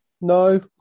no